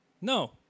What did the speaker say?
No